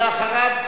ואחריו,